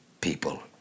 people